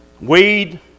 Weed